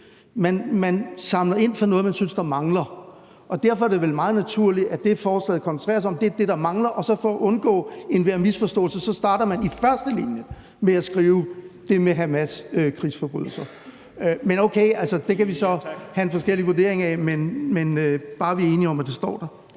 underskrifter ind for noget, man synes der mangler, og derfor er det vel meget naturligt, at det, forslaget koncentrerer sig om, er det, der mangler, og for at undgå enhver misforståelse starter man i første linje med at skrive det med Hamas' krigsforbrydelser. Men okay, det kan vi så have en forskellig vurdering af – bare vi er enige om, at det står der.